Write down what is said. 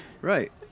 right